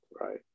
Right